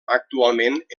actualment